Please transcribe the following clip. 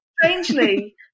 strangely